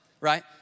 right